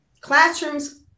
Classrooms